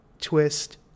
twist